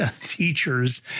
teachers